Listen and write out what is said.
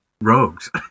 rogues